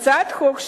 הצעת החוק שלי,